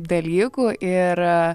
dalykų ir